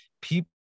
people